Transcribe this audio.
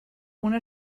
una